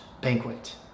banquet